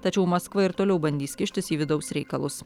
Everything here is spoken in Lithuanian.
tačiau maskva ir toliau bandys kištis į vidaus reikalus